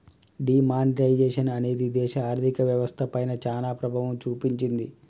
D monetisation అనేది దేశ ఆర్ధిక వ్యవస్థ పైన చానా ప్రభావం చూపించింది